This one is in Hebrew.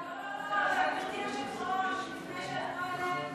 לא, לא, גברתי היושבת-ראש, לפני שאת נועלת.